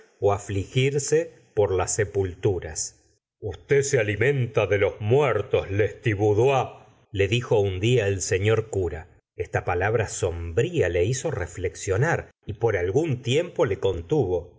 ó afligirse por las sepulturas usted se alimenta de los muertos lestiboudois le dijo un día el señor cura esta palabra sombría le hizo reflexionar y por algún tiempo le contuvo